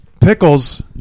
Pickles